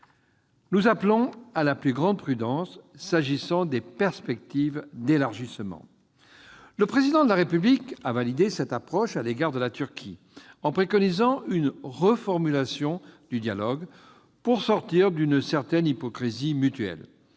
Nous appelons à la plus grande prudence, s'agissant des perspectives d'élargissement. Le Président de la République a validé cette approche à l'égard de la Turquie, en préconisant une reformulation du dialogue, pour sortir d'une certaine hypocrisie mutuelle.